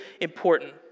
important